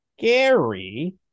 scary